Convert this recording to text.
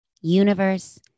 Universe